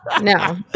no